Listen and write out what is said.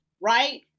right